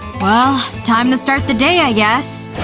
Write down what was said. well, time to start the day, i guess.